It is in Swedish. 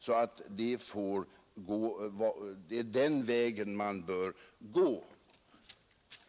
Det är den vägen man bör gå.